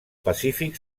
pacífic